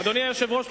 אדוני היושב-ראש,